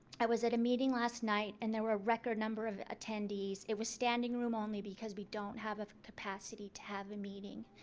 i was at a meeting last night and there were a record number of attendees. it was standing room only because we don't have a capacity to have a meeting.